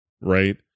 right